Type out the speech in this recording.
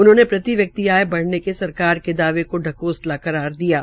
उन्होंने प्रति व्यक्ति आय बढ़ने के सरकार के दावे को ढकोसला करार दिया है